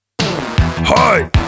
Hi